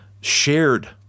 shared